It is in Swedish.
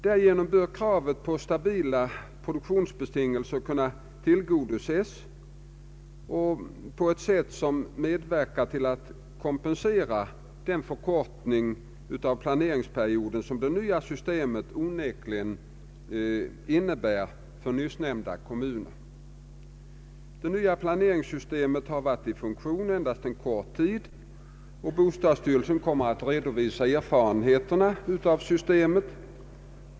Härigenom bör kravet på stabila produktionsbetingelser kunna tillgodoses på ett sätt som medverkar till att kompensera den förkortning av planeringsperioden som det nya systemet onekligen innebär för nyssnämnda kommuner. Det nya planeringssystemet har varit i funktion endast en kort tid. Bostadsstyrelsen kommer att redovisa erfarenheterna av systemet.